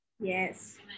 Yes